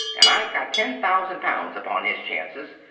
and i've got ten thousand pounds upon his chances,